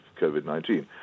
COVID-19